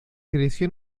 creció